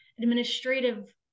administrative